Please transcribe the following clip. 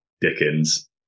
Dickens